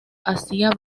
hacía